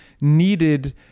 needed